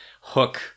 hook